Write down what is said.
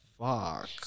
fuck